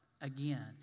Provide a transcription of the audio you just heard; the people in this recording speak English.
Again